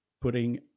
putting